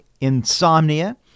insomnia